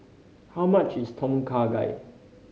how much is Tom Kha Gai